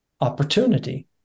opportunity